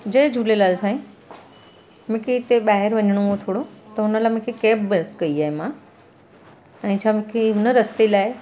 जय झूलेलाल साईं मूंखे हिते ॿाहिरि वञिणो हो थोरो त हुन लाइ मूंखे कैब बैक कई आहे मां ऐं छा मूंखे हिन रस्ते लाइ